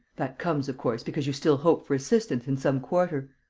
that comes, of course, because you still hope for assistance in some quarter.